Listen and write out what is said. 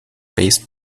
based